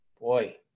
boy